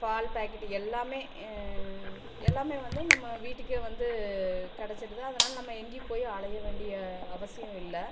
பால் packet எல்லாமே எல்லாமே வந்து நம்ம வீட்டுக்கே வந்து கிடச்சிருது அதனால் நம்ம எங்கேயும் போய் அலைய வேண்டிய அவசியம் இல்லை